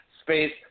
space